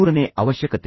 ಮೂರನೇ ಅವಶ್ಯಕತೆ